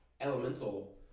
elemental